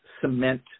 cement